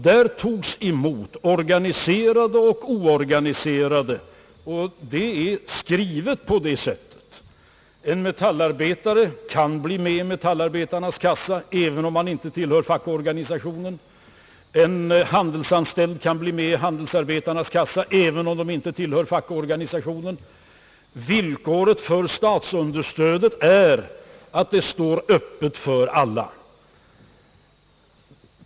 Där togs emot organiserade och oorganiserade — bestämmelserna är så utformade. En metallarbetare kan komma med i metallarbetarnas kassa även om han inte tillhör fackorganisationen. En handelsanställd kan bli med i handelsarbetarnas kassa även om han inte tillhör fackorganisationen. Villkoret för statsunderstöd är att kassan står öppen för alla.